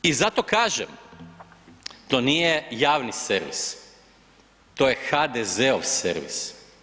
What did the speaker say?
I zato kažem, to nije javni servis, to je HDZ-ov servis.